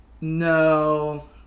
No